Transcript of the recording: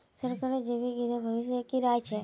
सरकारक जैविक ईंधन भविष्येर की राय छ